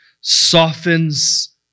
softens